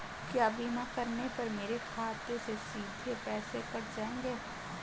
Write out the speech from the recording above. क्या बीमा करने पर मेरे खाते से सीधे पैसे कट जाएंगे?